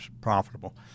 profitable